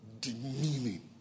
demeaning